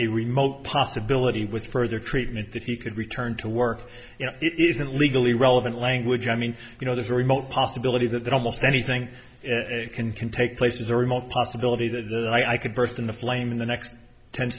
a remote possibility was further treatment that he could return to work you know it isn't legally relevant language i mean you know there's a remote possibility that almost anything can can take place is a remote possibility that i could burst into flame in the next ten